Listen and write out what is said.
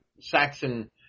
Saxon